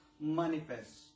manifest